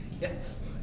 Yes